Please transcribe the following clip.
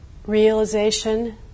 Realization